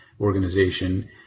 organization